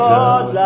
God